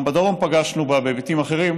וגם בדרום פגשנו בה בהיבטים אחרים,